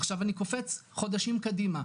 עכשיו אני קופץ חודשים קדימה,